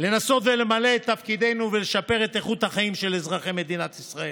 לנסות ולמלא את תפקידנו ולשפר את איכות החיים של אזרחי מדינת ישראל,